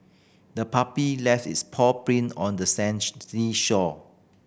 the puppy left its paw print on the shore